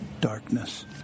darkness